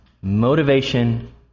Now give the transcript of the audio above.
Motivation